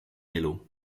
elu